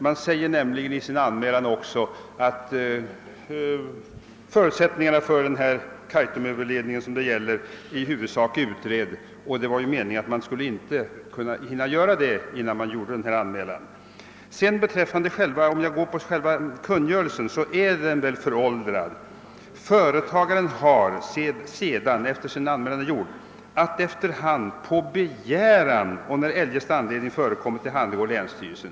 Man säger nämligen i sin anmälan att förutsättningarna för Kaitumöverledningen, som det gäller, i huvudsak var utredda. Meningen med kungörelsen var dock, att man inte skulle göra så grundliga undersökningar innan man gjorde anmälan. Själva kungörelsen får väl sägas vara föråldrad. Företagaren har, sedan anmälan är gjord, att efter hand på begäran och när eljest anledning förekommer lämna uppgifter till bl.a. länsstyrelsen.